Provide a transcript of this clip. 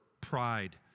pride